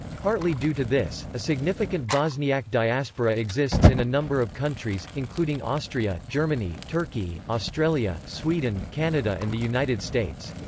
partly due to this, a significant bosniak diaspora exists in a number of countries, including austria, germany, turkey, australia, sweden, canada and the united states.